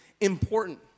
important